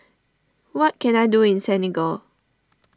what can I do in Senegal